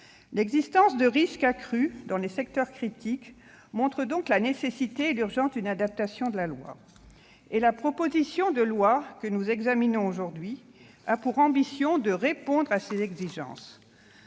L'existence de risques accrus dans les secteurs critiques montre donc la nécessité et l'urgence d'adapter la loi. La proposition de loi que nous examinons aujourd'hui a pour ambition de répondre à cette exigence.